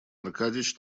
аркадьич